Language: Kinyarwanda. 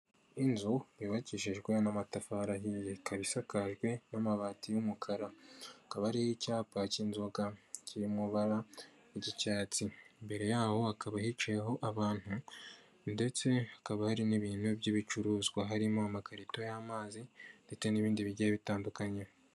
Inzu yubakishijwe n'amatafari ahiye ikaba isakajwe n'amabati y'umukara. Hakaba hariho icyapa cy'inzoga kiri mu ibara ry'icyatsi. Imbere yaho hakaba hicayeho abantu ndetse hakaba hari n'ibintu by'ibicuruzwa harimo amakarito y'amazi ndetse n'ibindi bigiye bitandukanye.